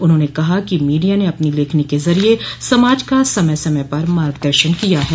उन्होंने कहा कि मीडिया ने अपनी लेखनी के जरिये समाज का समय समय पर मार्गदर्शन किया है